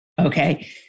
Okay